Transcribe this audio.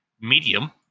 medium